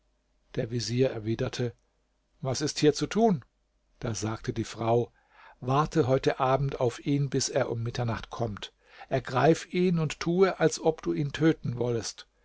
der vezier erwiderte was ist hier zu tun da sagte die frau warte heute abend auf ihn bis er um mitternacht kommt ergreif ihn und tue als ob du ihn töten wollest